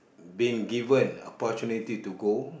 been given opportunity to go